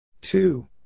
Two